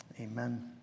Amen